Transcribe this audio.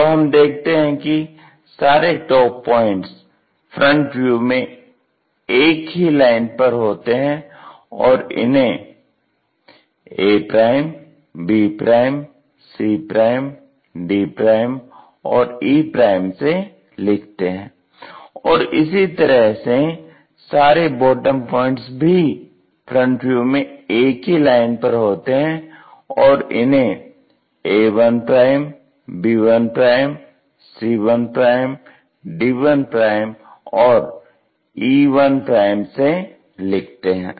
तो हम देखते हैं कि सारे टॉप पॉइंट्स फ्रंट व्यू में एक ही लाइन पर होते हैं और इन्हे a b c d और e से लिखते हैं और इसी तरह से सारे बॉटम पॉइंट्स भी फ्रंट व्यू में एक ही लाइन पर होते हैं और इन्हे a1 b1 c1 d1 और e1 से लिखते हैं